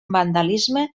vandalisme